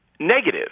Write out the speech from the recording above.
Negative